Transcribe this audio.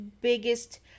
biggest